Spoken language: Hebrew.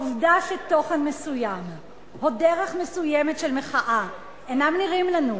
העובדה שתוכן מסוים או דרך מסוימת של מחאה אינם נראים לנו,